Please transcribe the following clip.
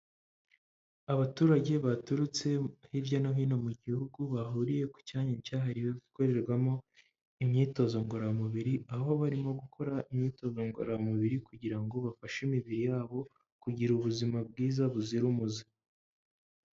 Abaturage baturutse hirya no hino mu gihugu bahuriye ku cyanya cyahariwe gukorerwamo imyitozo ngororamubiri aho barimo gukora imyitozo ngororamubiri kugira ngo bafashe imibiri yabo kugira ubuzima bwiza buzira umuze.